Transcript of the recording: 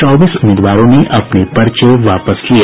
चौबीस उम्मीदवारों ने अपने पर्चे वापस लिये